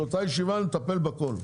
באותה ישיבה נטפל בכול,